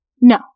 No